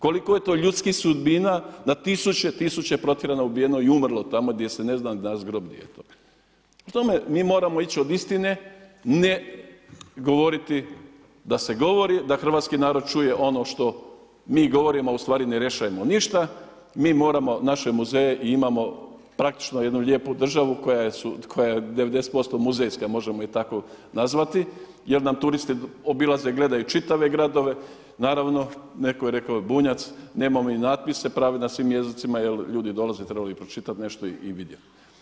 Koliko je to ljudskih sudbina, na tisuće, tisuće, protjerano, ubijeno i umrlo tamo gdje se … Prema tome, moramo ići od istine, ne govoriti da se govori, da hrvatski narod čuje ono što mi govorimo, a ustvari ne rješavamo ništa, mi moramo naše muzeje i imamo praktično jednu lijepu državu koja je 90% muzejska, možemo je tako nazvati jer nam turisti obilaze, gledaju čitave gradove, naravno, netko je rekao, Bunjac, nemamo i natpise prave na svim jezicima jer ljudi dolaze, trebalo bi pročitati nešto i vidjeti.